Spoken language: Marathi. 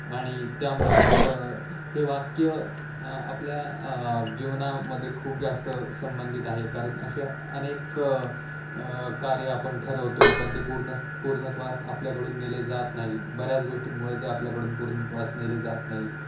आणि त्यामुळेच हे वाक्य आपल्या जीवना मध्ये खूप जास्त संबंधित आहे कारण अशा अनेक कार्य आपण ठरवतो पण ते पूर्ण पूर्णत्वास आपल्याकडून नेले जात नाही बऱ्याच गोष्टींमुळे ते आपल्याकडून पूर्णत्वास नेले जात नाही